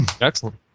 excellent